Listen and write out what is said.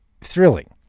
thrilling